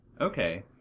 okay